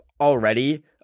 already